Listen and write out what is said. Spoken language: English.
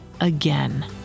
again